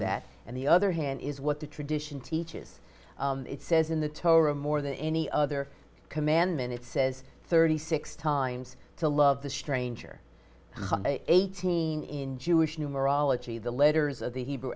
that and the other hand is what the tradition teaches it says in the torah more than any other commandment it says thirty six times to love the stranger eighteen in jewish numerology the letters of the hebrew